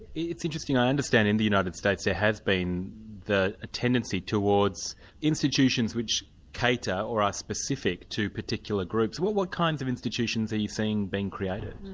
it's interesting. i understand in the united states there has been the tendency towards institutions which cater, or are specific, to particular groups. what what kinds of institutions are you seeing being created?